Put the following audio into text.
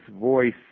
voice